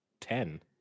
ten